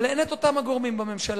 אבל אין את אותם גורמים בממשלה,